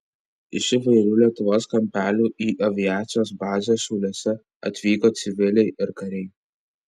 iš įvairių lietuvos kampelių į aviacijos bazę šiauliuose atvyko civiliai ir kariai